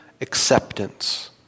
acceptance